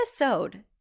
episode